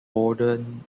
borden